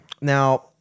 Now